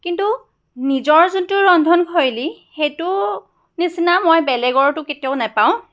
কিন্তু নিজৰ যোনটো ৰন্ধনশৈলী সেইটোৰ নিচিনা মই বেলেগৰতো কেতিয়াও নেপাওঁ